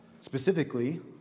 specifically